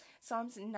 psalms